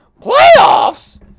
Playoffs